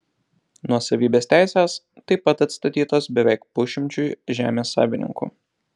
nuosavybės teisės taip pat atstatytos beveik pusšimčiui žemės savininkų